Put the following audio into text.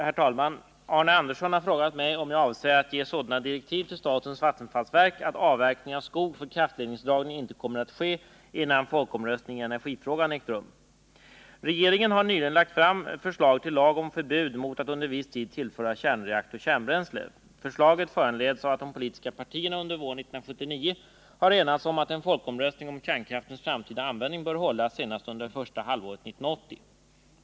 Herr talman! Arne Andersson i Ljung har frågat mig om jag avser att ge sådana direktiv till statens vattenfallsverk att avverkning av skog för kraftledningsdragning inte kommer att ske innan folkomröstning i energifrågan ägt rum. Regeringen har nyligen lagt fram förslag till lag om förbud mot att under viss tid tillföra kärnreaktor kärnbränsle. Förslaget föranleds av att de politiska partierna under våren 1979 har enats om att en folkomröstning om kärnkraftens framtida användning bör hållas senast under första halvåret 1980.